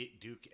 Duke